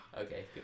Okay